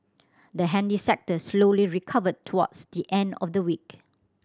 the handy sector slowly recovered towards the end of the week